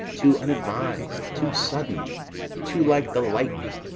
too unadvis'd, too sudden too like the lightning,